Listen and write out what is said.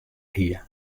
hie